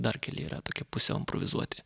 dar keli yra tokie pusiau improvizuoti